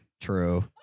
True